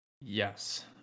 Yes